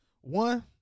one